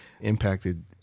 impacted